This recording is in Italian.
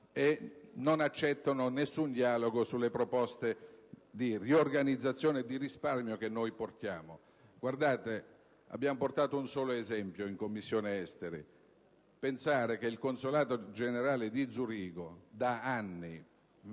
che non accetta alcun dialogo sulle proposte di riorganizzazione e di risparmio che noi avanziamo. Abbiamo portato un solo esempio in Commissione esteri: il consolato generale di Zurigo da anni ha